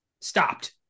Stopped